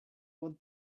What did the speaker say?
what